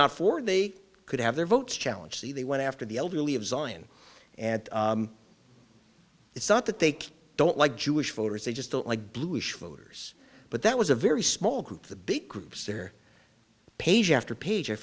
not for they could have their votes challenge the they went after the elderly of zion and it's not that they don't like jewish voters they just don't like blueish voters but that was a very small group the big groups their page after page